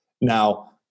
Now